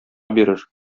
бирер